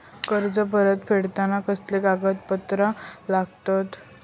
कर्ज परत फेडताना कसले कागदपत्र लागतत?